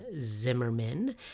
Zimmerman